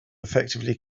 effectively